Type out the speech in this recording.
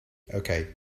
okay